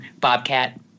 bobcat